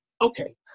okay